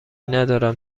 ندارم